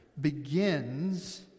begins